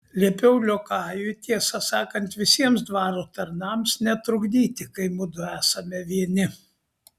liepiau liokajui tiesą sakant visiems dvaro tarnams netrukdyti kai mudu esame vieni